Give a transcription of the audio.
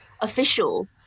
official